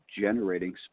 generating